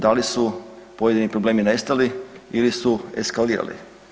Da li su pojedini problemi nestali ili su eskalirali?